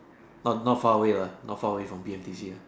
but not far away lah not far away from B_M_T_C uh